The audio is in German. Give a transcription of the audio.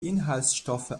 inhaltsstoffe